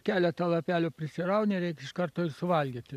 keletą lapelių prisirauni ir reik iš karto ir suvalgyti